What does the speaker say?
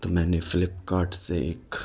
تو میں نے فلپ کارٹ سے ایک